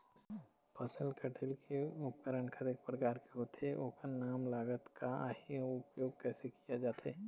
फसल कटेल के उपकरण कतेक प्रकार के होथे ओकर नाम लागत का आही अउ उपयोग कैसे किया जाथे?